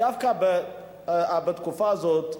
דווקא בתקופה הזאת,